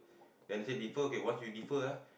then say defer okay once you defer ah